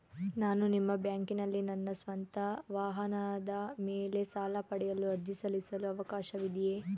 ನಾನು ನಿಮ್ಮ ಬ್ಯಾಂಕಿನಲ್ಲಿ ನನ್ನ ಸ್ವಂತ ವಾಹನದ ಮೇಲೆ ಸಾಲ ಪಡೆಯಲು ಅರ್ಜಿ ಸಲ್ಲಿಸಲು ಅವಕಾಶವಿದೆಯೇ?